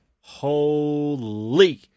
Holy